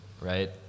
right